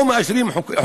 לא מאשרים חוקים כאלה.